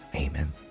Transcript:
Amen